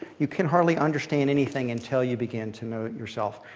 you can hardly understand anything until you begin to know yourself.